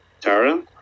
Tara